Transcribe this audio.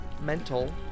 mental